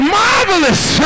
marvelous